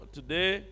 today